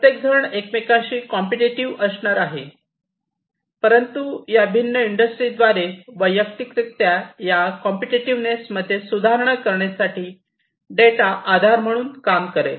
प्रत्येकजण एकमेकांशी कॉम्प्युटेटिव असणार आहे परंतु या भिन्न इंडस्ट्रीद्वारे वैयक्तिकरित्या या कॉम्प्युटेटिवनेस मध्ये सुधारणा करण्यासाठी डेटा आधार म्हणून काम करेल